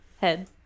head